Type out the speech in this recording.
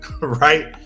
right